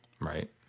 Right